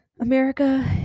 America